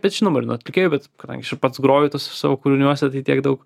bet žinoma ir nuo atlikėjų bet kadangi aš ir pats groju tuose savo kūriniuose tai tiek daug